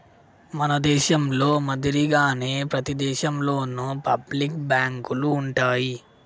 మన దేశంలో మాదిరిగానే ప్రతి దేశంలోను పబ్లిక్ బాంకులు ఉంటాయి